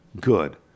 good